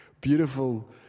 beautiful